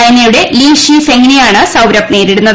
ചൈനയുടെ Li Shi ഫെങ്ങിനെയാണ് സൌരബ് നേരിടുന്നത്